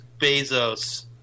Bezos